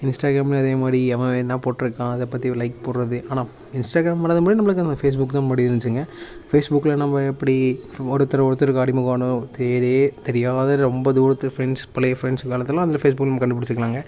இன்ஸ்டாக்ராமில் அதே மாதிரி எவன் என்ன போட்டுருக்கான் அதை பற்றி ஒரு லைக் போடுகிறது ஆனால் இன்ஸ்டாக்ராம் வரது முன்னாடி நம்மளுக்கு அந்த ஃபேஸ்புக் தான் முன்னாடி இருந்துச்சுங்க ஃபேஸ்புக்கில் நம்ம எப்படி ஒருத்தரு ஒருத்தருக்கு அறிமுகம் ஆனோம் பெயரே தெரியாத ரொம்ப தூரத்து ஃப்ரெண்ட்ஸ் பழைய ஃப்ரெண்ட்ஸ் காலத்துல்லாம் அதில் ஃபேஸ்புக்கில் நம்ம கண்டுப் பிடிச்சிக்கிலாங்க